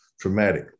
traumatic